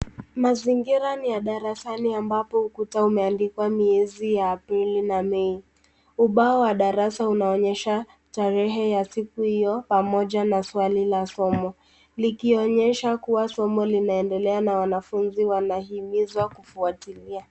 Mazingira ni ya darasani ambapo ukuta umeandikwa miezi ya Aprili na Mei . Ubao wa darasa unaonyesha tarehe ya siku hio pamoja na swali la somo. Likionyesha kuwa somo linaemdelea na wanafunzi wanahimizwa kufuatilia.